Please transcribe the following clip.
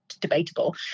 debatable